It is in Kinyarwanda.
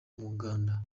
muganda